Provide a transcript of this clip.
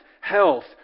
health